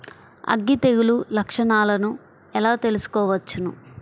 అగ్గి తెగులు లక్షణాలను ఎలా తెలుసుకోవచ్చు?